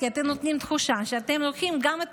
כי אתם נותנים תחושה שאתם לוקחים גם את